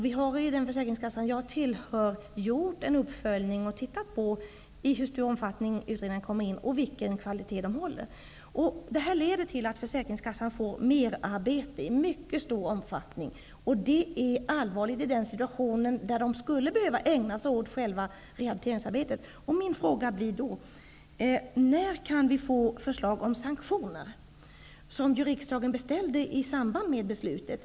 Vi har i den försäkringskassa jag tillhör gjort en uppföljning av i hur stor omfattning utredningarna kommer in och vilken kvalitet de håller. Detta leder till att försäkringskassan i mycket stor omfattning får merarbete, och det är allvarligt i den situationen då försäkringskassorna skulle behöva ägna sig åt själva rehabiliteringsarbetet. Min fråga blir då: När kan vi få förslag om sanktioner, som ju riksdagen beställde i samband med beslutet?